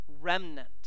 remnant